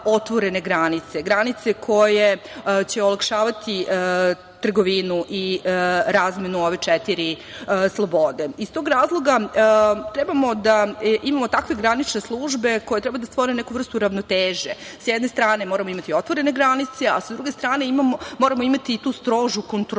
granice koje će olakšavati trgovinu i razmenu ove četiri slobode. Iz tog razloga, trebamo da imamo takve granične službe koje treba da stvore neku vrstu ravnoteže. S jedne strane, moramo imati otvorene granice, a sa druge strane moramo imati i tu strožu kontrolu